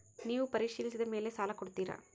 ನೇವು ಪರಿಶೇಲಿಸಿದ ಮೇಲೆ ಸಾಲ ಕೊಡ್ತೇರಾ?